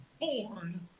born